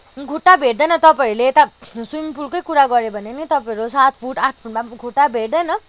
खुट्टा भेट्दैन तपाईँहरूले यता स्विमिङ पुलकै कुरा गर्यो भने नि तपाईँहरू सात फुट आठ फुटमा खुट्टा भेट्दैन